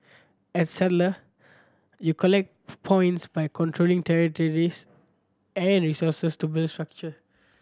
as settler you collect points by controlling territories and resources to build structure